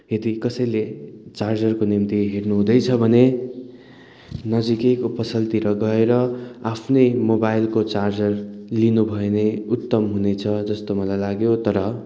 यदि कसैले चार्जरको निम्ति हेर्नुहुँदैछ भने नजिकैको पसलतिर गएर आफ्नै मोबाइलको चार्जर लिनुभयो भने उत्तम हुनेछ जस्तो मलाई लाग्यो तर